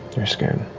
you're scared.